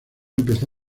empezó